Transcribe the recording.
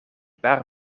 paar